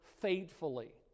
faithfully